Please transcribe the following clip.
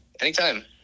Anytime